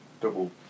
double